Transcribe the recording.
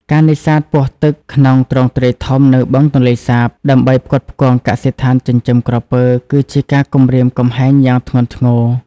ការនេសាទពស់ទឹកក្នុងទ្រង់ទ្រាយធំនៅបឹងទន្លេសាប ដើម្បីផ្គត់ផ្គង់កសិដ្ឋានចិញ្ចឹមក្រពើ គឺជាការគំរាមកំហែងយ៉ាងធ្ងន់ធ្ងរ។